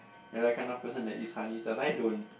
you're that kind of person that eats honey stars I don't